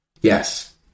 Yes